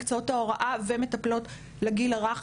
מקצועות ההוראה השונים ומטפלות לגילה הרך,